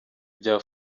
bya